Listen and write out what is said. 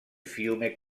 fiume